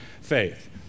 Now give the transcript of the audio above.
faith